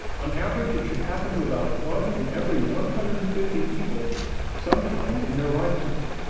on average it should happen to about one in every one hundred and fifty people sometime in their lifetime.